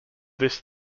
this